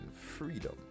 freedom